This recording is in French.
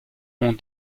ont